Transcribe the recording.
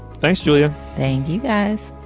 thanks, julia. thank you, guys.